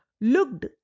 looked